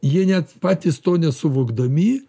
jie net patys to nesuvokdami